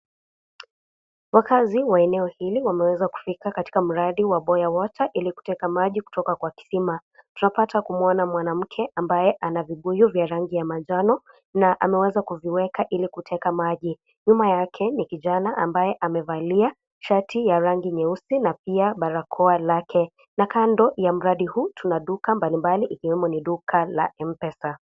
Wakaazi wa eneo hili wameweza kufika katika mradi wa boya water kwa kuteka maji kutoka kwa kisima tunapata kuona mwanamke ambaye ana vibuyu vya rangi ya manjano na ameweza kuziweka ili kuteka maji, nyuma yake kuna kijana ambaye amevalia shati ya rangi nyeusi na pia barakoa lake, kando kuna duka mbalimbali iyomo ni duka la Mpesa.